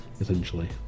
essentially